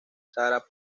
sara